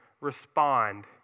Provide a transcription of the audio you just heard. respond